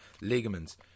Ligaments